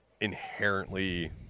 inherently